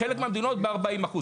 בחלק מהמדינות ב-40%,